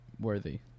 worthy